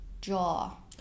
jaw